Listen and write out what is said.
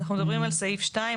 אנחנו מדברים על סעיף 2,